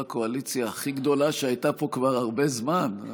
הקואליציה הכי גדולה שהייתה פה כבר הרבה זמן,